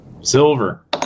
Silver